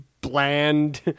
bland